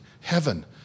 heaven